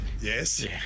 Yes